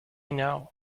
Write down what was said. know